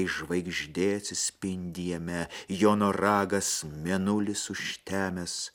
kai žvaigždė atsispindi jame jo noragas mėnulis užtemęs